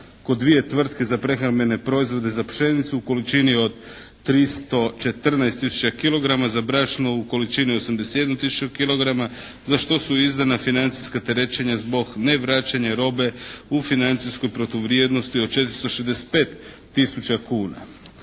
kod dvije tvrtke za prehrambene proizvode, za pšenicu u količini od 314 tisuća kilograma, za brašno u količini od 81 tisuću kilograma za što su izdana financijska terećenja zbog ne vraćanja robe u financijskoj protuvrijednosti od 465 tisuća kuna.